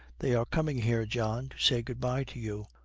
they are coming here, john, to say good-bye to you.